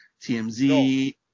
TMZ